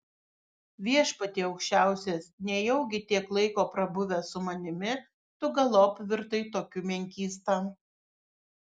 viešpatie aukščiausias nejaugi tiek laiko prabuvęs su manimi tu galop virtai tokiu menkysta